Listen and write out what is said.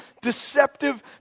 deceptive